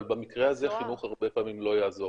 אבל במקרה הזה חינוך ה רבה פעמים לא יעזור.